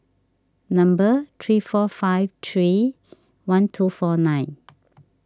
number three four five three one two four nine